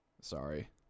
sorry